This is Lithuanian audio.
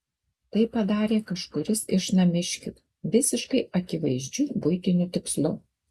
tai padarė kažkuris iš namiškių visiškai akivaizdžiu buitiniu tikslu